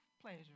pleasure